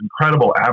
incredible